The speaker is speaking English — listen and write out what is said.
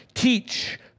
teach